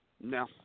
no